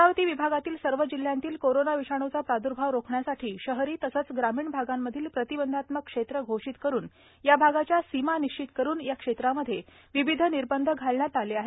अमरावती विभागातील सर्व जिल्ह्यातील कोरोना विषाणूचा प्रादर्भाव रोखण्यासाठी शहरी तसेच ग्रामीण भागांमधील प्रतिबंधात्मक क्षेत्र घोषित करून या भागाच्या सीमा निश्चित करून या क्षेत्रांमध्ये विविध निर्बंध घालण्यात आले आहेत